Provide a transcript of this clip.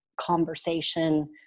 conversation